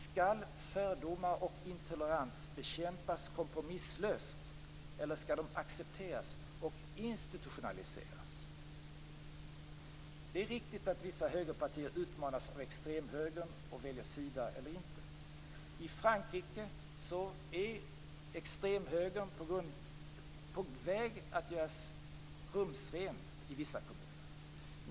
Skall fördomar och intolerans bekämpas kompromisslöst, eller skall de accepteras och institutionaliseras? Det är riktigt att vissa högerpartier utmanas av extremhögern och väljer sida. I Frankrike är extremhögern på väg att göras rumsren i vissa kommuner.